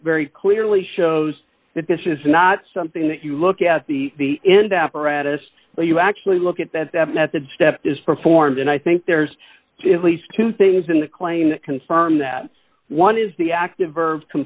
that very clearly shows that this is not something that you look at the end apparatus but you actually look at that method step is performed and i think there's at least two things in the claim that confirm that one is the active